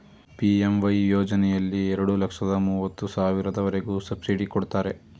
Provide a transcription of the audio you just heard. PMAY ಯೋಜನೆಯಲ್ಲಿ ಎರಡು ಲಕ್ಷದ ಮೂವತ್ತು ಸಾವಿರದವರೆಗೆ ಸಬ್ಸಿಡಿ ಕೊಡ್ತಾರೆ